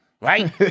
right